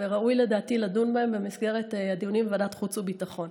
וראוי לדעתי לדון בהם במסגרת הדיונים בוועדת החוץ והביטחון.